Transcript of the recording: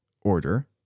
order